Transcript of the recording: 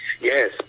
Yes